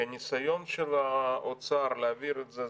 כי הניסיון של האוצר להעביר את זה,